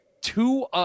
Two